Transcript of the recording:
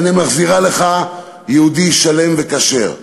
ואני מחזירה לך יהודי שלם וכשר.